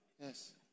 Yes